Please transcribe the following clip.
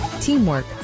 Teamwork